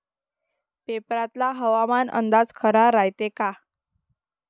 पेपरातला हवामान अंदाज खरा रायते का?